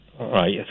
right